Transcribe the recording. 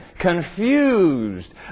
Confused